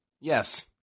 Yes